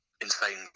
insane